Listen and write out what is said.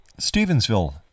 Stevensville